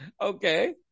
Okay